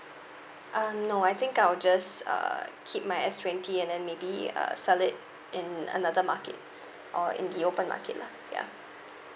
uh no I think I'll just uh keep my S twenty and then maybe uh sell it in another market or in the open market lah ya